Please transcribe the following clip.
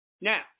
now